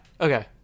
okay